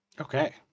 Okay